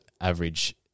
average